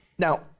Now